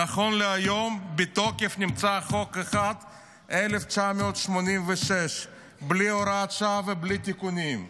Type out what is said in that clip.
נכון להיום בתוקף נמצא חוק אחד מ-1986 בלי הוראת שעה ובלי תיקונים.